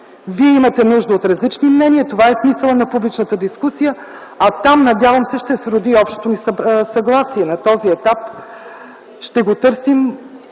Вие имате нужда от различни мнения. Това е смисълът на публичната дискусия, а там, надявам се, ще се роди общото ни съгласие. На този етап ще го търсим